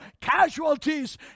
casualties